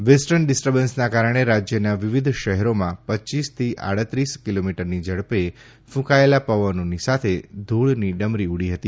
western ડિસ્ટર્બન્સના કારણે રાજયના વિવિધ શહેરોમાં પચ્યીસ થી સાડત્રીસ કિલોમીટરની ઝડપે ફંકાયેલા પવનોની સાથે ધુળની ડમરી ઉડી હતી